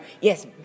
Yes